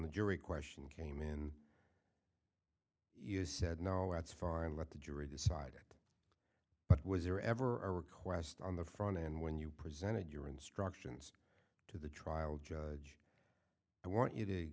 the jury question came in you said no it's far and let the jury decide it but was there ever a request on the front end when you presented your instructions to the trial judge i want you to